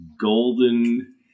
golden